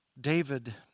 David